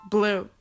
Blue